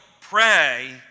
pray